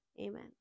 Amen